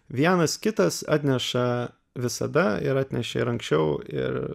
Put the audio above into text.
vienas kitas atneša visada ir atnešė ir anksčiau ir